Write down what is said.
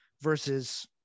versus